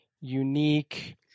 unique